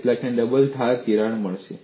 કેટલાને double ધાર તિરાડ મળી છે